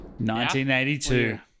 1982